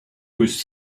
was